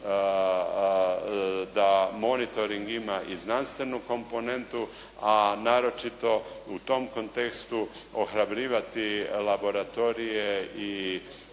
da monitoring ima i znanstvenu komponentu, a naročito u tom kontekstu ohrabrivati laboratorije i ispitne